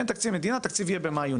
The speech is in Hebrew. תקציב במאי,